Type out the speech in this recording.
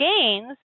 gains